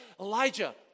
Elijah